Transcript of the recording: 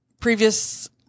previous